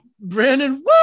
Brandon